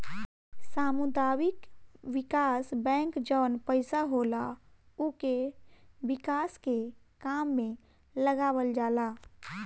सामुदायिक विकास बैंक जवन पईसा होला उके विकास के काम में लगावल जाला